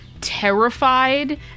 terrified